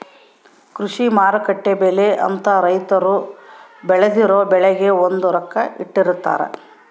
ಕೃಷಿ ಮಾರುಕಟ್ಟೆ ಬೆಲೆ ಅಂತ ರೈತರು ಬೆಳ್ದಿರೊ ಬೆಳೆಗೆ ಒಂದು ರೊಕ್ಕ ಇಟ್ಟಿರ್ತಾರ